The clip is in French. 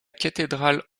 cathédrale